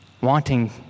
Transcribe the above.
wanting